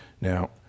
Now